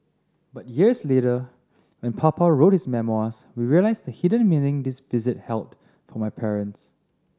but years later when Papa wrote his memoirs we realised the hidden meaning this visit held for my parents